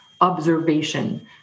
observation